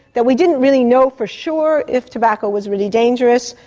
that we didn't really know for sure if tobacco was really dangerous,